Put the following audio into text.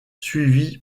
suivi